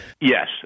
Yes